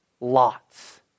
Lots